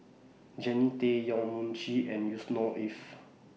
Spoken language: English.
Jannie Tay Yong Mun Chee and Yusnor Ef